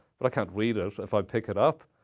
but i can't read it. if i pick it up,